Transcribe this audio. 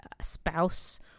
spouse